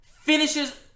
finishes